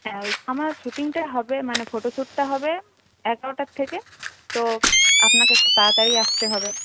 হ্যাঁ ওই আমার শুটিংটা হবে মানে ফটোশুটটা হবে এগারোটার থেকে তো আপনাকে একটু তাড়াতাড়ি আসতে হবে